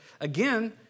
Again